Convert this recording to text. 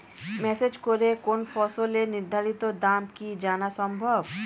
Message করে কোন ফসলের নির্ধারিত দাম কি জানা সম্ভব?